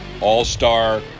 all-star